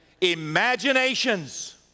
imaginations